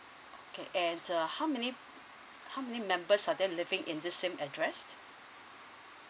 okay and uh how many how many members are there living in this same address